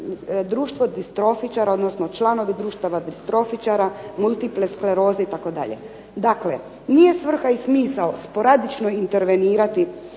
Društvo distrofičara, odnosno članovi Društva distrofičara, mulitipleskleroze itd. Dakle nije svrha i smisao sporadično intervenirati